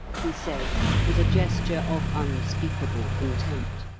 he said, with a gesture of unspeakable contempt.